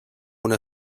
una